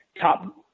top